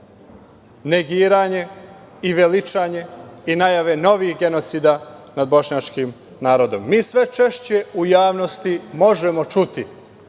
negiranje i veličanje i najave novih genocida nad bošnjačkim narodnom. Mi sve češće u javnosti možemo čuti